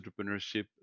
Entrepreneurship